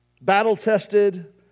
Battle-tested